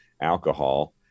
alcohol